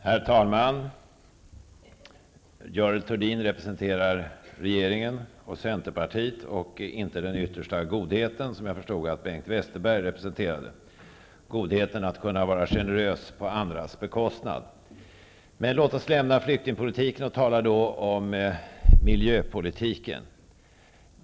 Herr talman! Görel Thurdin representerar regeringen och Centerpartiet och inte den yttersta godheten, som jag förstod att Bengt Westerberg representerade -- godheten att kunna vara generös på andras bekostnad. Men låt oss lämna flyktingpolitiken och i stället tala om miljöpolitiken.